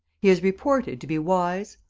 he is reported to be wise,